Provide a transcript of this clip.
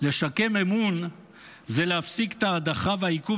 לשקם אמון זה להפסיק את ההדחה והעיכוב